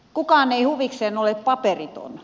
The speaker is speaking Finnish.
kukaan ei huvikseen ole paperiton